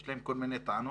יש להם כל מיני טענות,